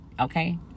okay